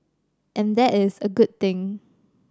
and that is a good thing